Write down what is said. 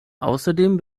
außerdem